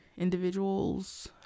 individuals